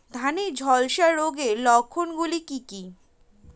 ধানের ঝলসা রোগের লক্ষণগুলি কি কি?